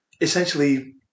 Essentially